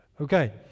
Okay